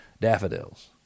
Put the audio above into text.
daffodils